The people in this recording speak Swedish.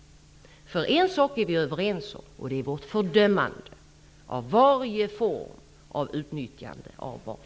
Vi är överens om en sak, och det är fördömandet av varje form av utnyttjande av barn.